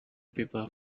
people